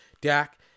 Dak